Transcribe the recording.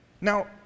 Now